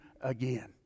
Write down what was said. again